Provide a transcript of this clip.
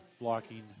blocking